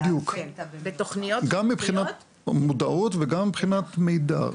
בדיוק, גם מבחינת מודעות וגם מבחינת מידע.